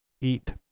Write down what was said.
Eat